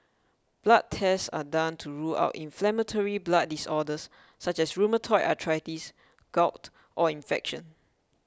blood tests are done to rule out inflammatory blood disorders such as rheumatoid arthritis gout or infection